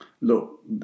Look